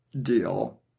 deal